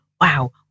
wow